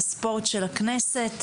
התרבות והספורט של הכנסת.